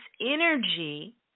energy